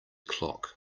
clock